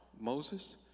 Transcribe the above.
Moses